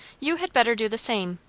you had better do the same.